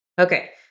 Okay